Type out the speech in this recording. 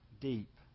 deep